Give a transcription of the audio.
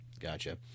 Gotcha